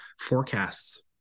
forecasts